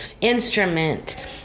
instrument